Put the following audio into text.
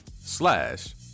slash